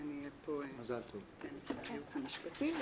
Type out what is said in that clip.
אני אהיה פה היועצת המשפטית.